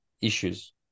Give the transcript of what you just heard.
issues